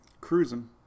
cruising